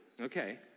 Okay